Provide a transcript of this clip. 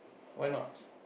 why not